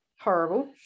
Horrible